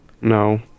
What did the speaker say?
No